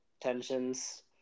tensions